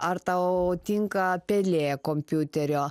ar tau tinka pelė kompiuterio